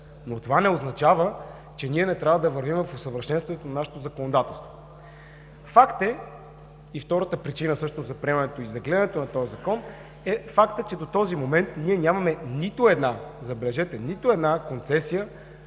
но това не означава, че ние не трябва да вървим в усъвършенстването на нашето законодателство. Факт е – и втората причина също за приемането и за гледането на този Закон, е фактът, че до този момент ние нямаме нито една, забележете, нито една концесия